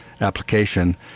application